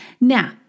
Now